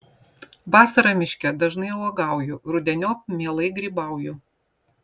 vasarą miške dažnai uogauju rudeniop mielai grybauju